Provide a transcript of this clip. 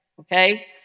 okay